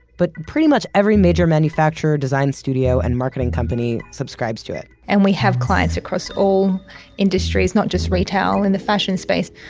but pretty much every major manufacturer, design studio and major marketing company subscribes to it. and we have clients across all industries, not just retail in the fashion space.